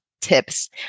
tips